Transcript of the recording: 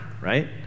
right